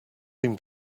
seem